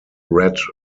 red